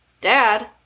Dad